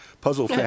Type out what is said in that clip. puzzle